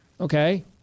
okay